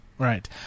Right